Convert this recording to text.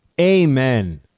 amen